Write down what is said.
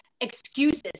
excuses